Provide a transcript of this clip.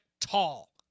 tall